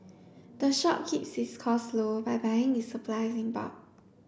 the shop keeps its cost low by buying its supplies in bulk